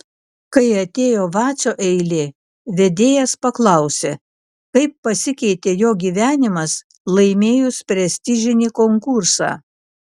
kai atėjo vacio eilė vedėjas paklausė kaip pasikeitė jo gyvenimas laimėjus prestižinį konkursą